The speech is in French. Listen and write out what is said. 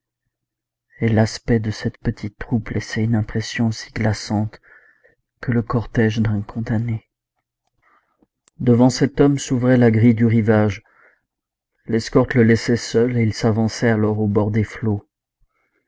et l'aspect de cette petite troupe laissait une impression aussi glaçante que le cortège d'un condamné devant cet homme s'ouvrait la grille du rivage l'escorte le laissait seul et il s'avançait alors au bord des flots